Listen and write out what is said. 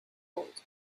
old